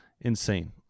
insane